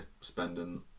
spending